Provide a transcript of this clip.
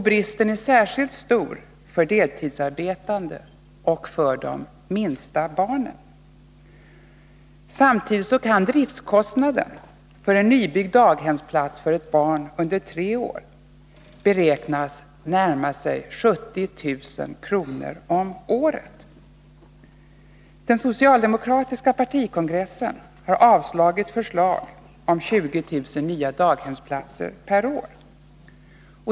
Bristen är särskilt stor när det gäller deltidsarbetande och för de minsta barnen. Samtidigt kan driftskostnaden för en nybyggd daghemsplats för ett barn under tre år beräknas närma sig 70 000 kr. om året. Den socialdemokratiska partikongressen har uttalat sig mot förslag om 20 000 nya daghemsplatser per år.